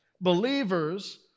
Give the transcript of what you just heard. believers